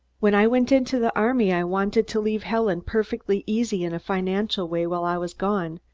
when i went into the army i wanted to leave helen perfectly easy in a financial way while i was gone,